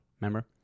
remember